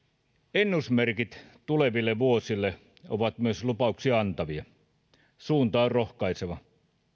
ennusmerkit tuleville vuosille ovat lupauksia antavia suunta on rohkaiseva